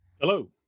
Hello